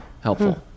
helpful